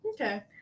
Okay